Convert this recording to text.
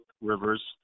Rivers